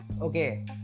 Okay